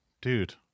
Dude